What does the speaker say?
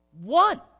One